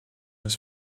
his